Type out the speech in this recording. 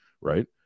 Right